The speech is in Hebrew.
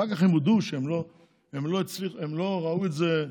אחר כך הם הודו שהם לא ראו את זה,